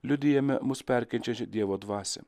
liudijame mus perkeičią dievo dvasią